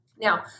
Now